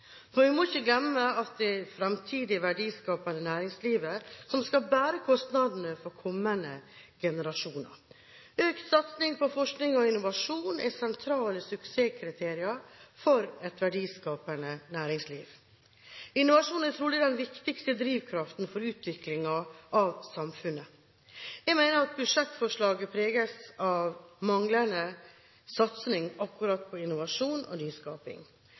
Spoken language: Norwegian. For vi må ikke glemme at det er det fremtidige, verdiskapende næringslivet som skal bære kostnadene for kommende generasjoner. Økt satsing på forskning og innovasjon er sentrale suksesskriterier for et verdiskapende næringsliv. Innovasjon er trolig den viktigste drivkraften for utviklingen av samfunnet. Jeg mener at budsjettforslaget preges av manglende satsing på akkurat innovasjon og nyskaping.